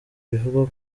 bivugwa